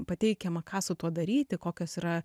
pateikiama ką su tuo daryti kokios yra